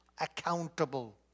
accountable